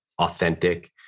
authentic